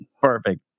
perfect